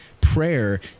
prayer